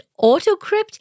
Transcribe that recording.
Autocrypt